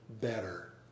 better